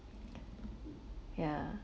ya